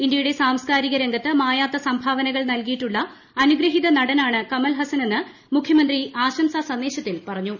ഇന്ത്യയുടെ സാംസ്കാരിക രംഗത്ത് മായാത്ത സംഭാവനകൾ നൽകിയിട്ടുള്ള അനുഗ്രഹീത നടനാണ് കമൽ ഹാസന്നെന്ന് മുഖ്യമന്ത്രി ആശംസാ സന്ദേശത്തിൽ പറഞ്ഞു